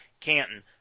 Canton